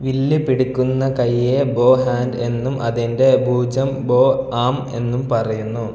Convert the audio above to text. വില്ല് പിടുക്കുന്ന കൈയ്യേ ബോ ഹാൻ ഡ് എന്നും അതിൻ്റെ ഭുജം ബോ ആം എന്നും പറയുന്നു